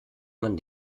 man